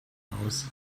aus